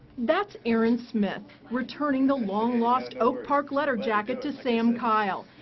that's aaron smith, returning the long lost oak park letter jacket to sam keil.